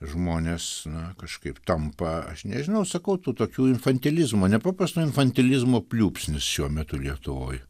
žmonės na kažkaip tampa aš nežinau sakau tų tokių infantilizmo nepaprasto infantilizmo pliūpsnis šiuo metu lietuvoj